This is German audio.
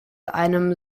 einem